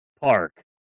park